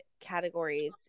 categories